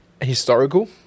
Historical